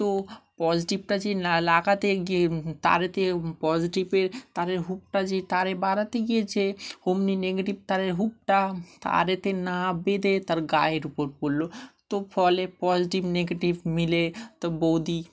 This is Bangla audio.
তো পজিটিভটা যে লাগাতে গিয়ে তারেতে পজিটিভের তারের হুকটা যে তারে বাড়াতে গিয়েছে অমনি নেগেটিভ তারের হুকটা তারেতে না বেঁধে তার গায়ের উপর পড়লো তো ফলে পজিটিভ নেগেটিভ মিলে তো বৌদি